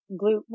glute